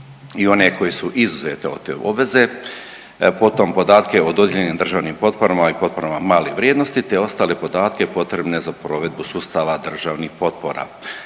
i one koje su izuzete od te obveze, potom podatke o dodijeljenim držanim potporama i potporama male vrijednosti te ostale podatke potrebne za provedbu sustavu državnih potpora.